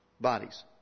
bodies